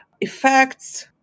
effects